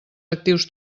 actius